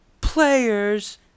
players